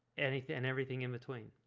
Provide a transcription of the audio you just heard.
anything and everything in between?